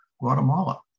guatemala